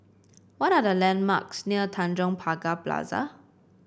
what are the landmarks near Tanjong Pagar Plaza